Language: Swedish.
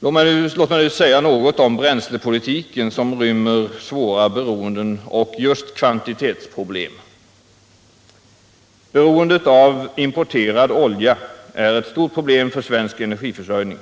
Låt mig nu säga något om bränslepolitiken, som rymmer svåra beroenden och just kvantitetsproblem. Beroendet av importerad olja är ett stort problem för svensk energiförsörjning.